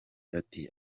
ati